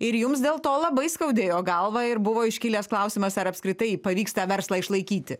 ir jums dėl to labai skaudėjo galvą ir buvo iškilęs klausimas ar apskritai pavyks tą verslą išlaikyti